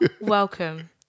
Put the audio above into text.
welcome